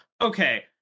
okay